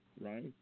right